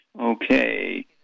Okay